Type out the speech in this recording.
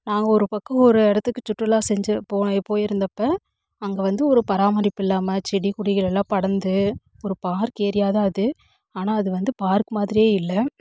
நாங்கள் ஒரு பக்கம் ஒரு இடத்துக்கு சுற்றுலா செஞ்சு போய் போயிருந்தப்போ அங்கே வந்து ஒரு பராமரிப்பில்லாம செடி கொடிகள் எல்லாம் படர்ந்து ஒரு பார்க் ஏரியா தான் அது ஆனால் அது வந்து பார்க் மாதிரியே இல்லை